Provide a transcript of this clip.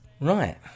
right